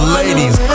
ladies